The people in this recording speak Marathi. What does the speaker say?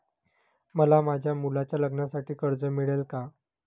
मला माझ्या मुलाच्या लग्नासाठी कर्ज मिळेल का?